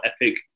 epic